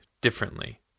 differently